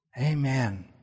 Amen